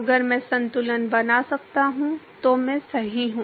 अगर मैं संतुलन बना सकता हूं तो मैं सही हूं